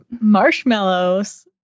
marshmallows